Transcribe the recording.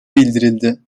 bildirildi